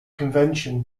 convention